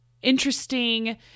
Interesting